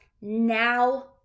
now